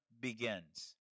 begins